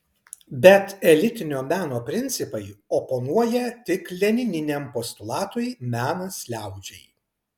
bet elitinio meno principai oponuoja tik lenininiam postulatui menas liaudžiai